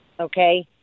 Okay